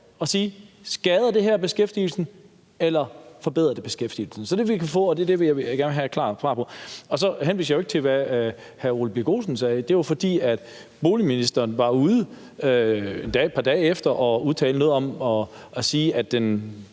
spørge: Skader det her beskæftigelsen, eller forbedrer det beskæftigelsen? Det er det, vi kan få, og det er det, vi gerne vil have et klart svar på. Så henviser jeg jo ikke til, hvad hr. Ole Birk Olesen sagde. Det var, fordi boligministeren var ude, endda et par dage efter, og sige, at det,